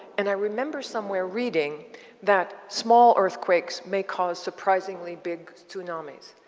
and i remember somewhere reading that small earthquakes may cause surprisingly big tsunamis.